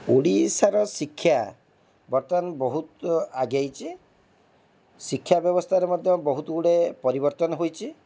ଓଡ଼ିଶାର ଶିକ୍ଷା ବର୍ତ୍ତମାନ ବହୁତ ଆଗେଇଛି ଶିକ୍ଷା ବ୍ୟବସ୍ଥାରେ ମଧ୍ୟ ବହୁତ ଗୁଡ଼ିଏ ପରିବର୍ତ୍ତନ ହୋଇଛି